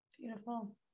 Beautiful